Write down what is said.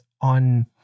on